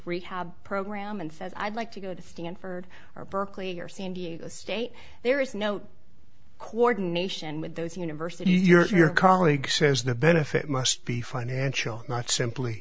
rehab program and says i'd like to go to stanford or berkeley or san diego state there is no coordination with those universities your colleague says the benefit must be financial not simply